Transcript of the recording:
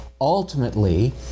ultimately